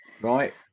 right